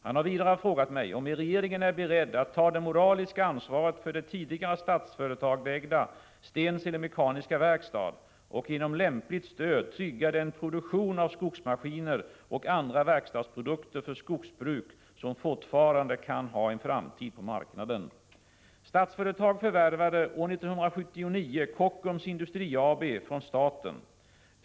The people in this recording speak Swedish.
Han har vidare frågat mig om regeringen är beredd att ta det moraliska ansvaret för det tidigare Statsföretagsägda Stensele Mekaniska Verkstad och genom lämpligt stöd trygga den produktion av skogsmaskiner och andra verkstadsprodukter för skogsbruk som fortfarande kan ha en framtid på marknaden. Statsföretag förvärvade år 1979 Kockums Industri AB från staten.